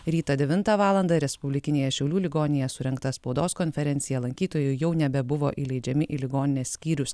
rytą devintą valandą respublikinėje šiaulių ligoninėje surengta spaudos konferencija lankytojai jau nebebuvo įleidžiami į ligoninės skyrius